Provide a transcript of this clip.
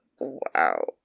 Wow